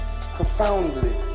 profoundly